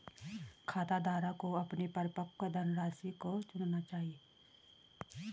खाताधारक को अपने परिपक्व धनराशि को चुनना चाहिए